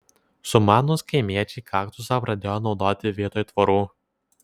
sumanūs kaimiečiai kaktusą pradėjo naudoti vietoj tvorų